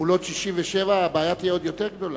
לגבולות 1967, הבעיה תהיה עוד יותר גדולה.